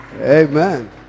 Amen